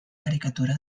caricatura